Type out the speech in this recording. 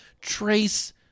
Trace